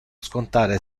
scontare